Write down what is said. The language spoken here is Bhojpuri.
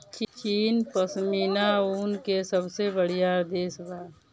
चीन पश्मीना ऊन के सबसे बड़ियार देश बा